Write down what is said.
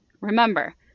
Remember